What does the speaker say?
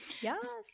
Yes